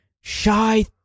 shy